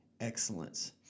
excellence